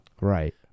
Right